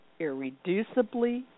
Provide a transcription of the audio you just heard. irreducibly